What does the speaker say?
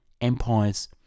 empires